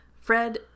Fred